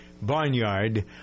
barnyard